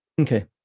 Okay